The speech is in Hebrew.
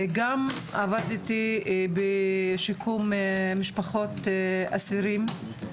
וגם עבדתי בשיקום משפחות אסירים.